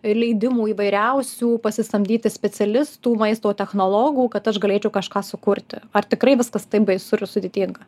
leidimų įvairiausių pasisamdyti specialistų maisto technologų kad aš galėčiau kažką sukurti ar tikrai viskas taip baisu ir sudėtinga